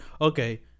Okay